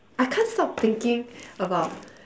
I can't stop thinking about